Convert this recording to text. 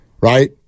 right